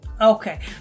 Okay